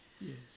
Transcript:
Yes